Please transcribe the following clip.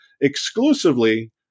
exclusively